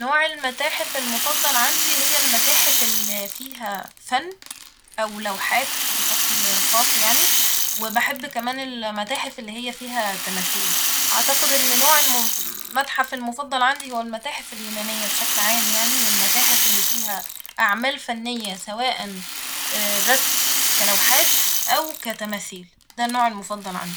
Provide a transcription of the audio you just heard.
نوع المتاحف المفضل عندي هي المتاحف الل فيها فن ، أو لوحات بشكل خاص يعني ، وبحب كمان المتاحف اللي هي فيها تماثيل ، أعتقد إن نوع الم - المتحف المفضل عندي هو المتاحف اليونانية بشكل عام يعني والمتاحف اللي فيها أعمال فنية سواء رسم كلوحات أو كتماثيل ، ده النوع المفضل عندي